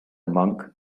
monk